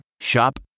Shop